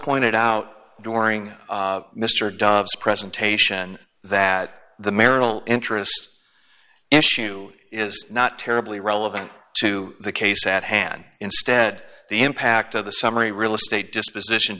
pointed out during mr dobbs presentation that the marital interest issue is not terribly relevant to the case at hand instead the impact of the summary realestate disposition